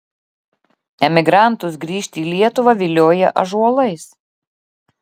emigrantus grįžti į lietuvą vilioja ąžuolais